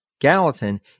Gallatin